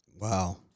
Wow